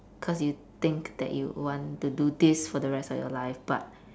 cause you think that you'd want to do this for the rest of your life but